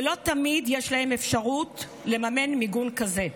ולא תמיד יש להם אפשרות לממן מיגון כזה.